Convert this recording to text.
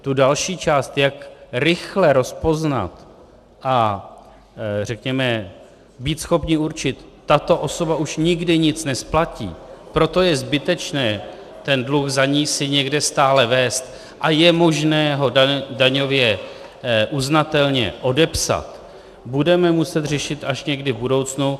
Tu další část, jak rychle rozpoznat a řekněme být schopni určit, že tato osoba už nikdy nic nesplatí, proto je zbytečné ten dluh za ni stále někde vést a je možné ho daňově uznatelně odepsat, budeme muset řešit až někdy v budoucnu.